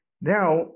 Now